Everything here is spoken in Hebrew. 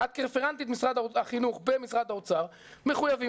את כרפרנטית חינוך במשרד האוצר מחוייבים